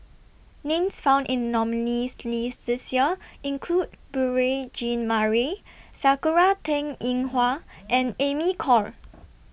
Names found in The nominees' list This Year include Beurel Jean Marie Sakura Teng Ying Hua and Amy Khor